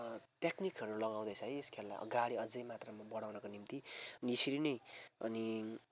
ट्याक्निकहरू लगाउँदैछ है यस खेललाई अगाडि अझै मात्रामा बढाउनको निम्ति यसरी नै अनि